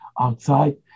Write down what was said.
outside